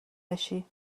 بشی